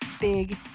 big